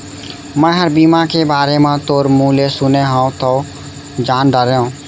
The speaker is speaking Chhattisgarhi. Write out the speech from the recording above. मैंहर बीमा के बारे म तोर मुँह ले सुने हँव तव जान डारेंव